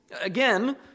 Again